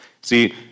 See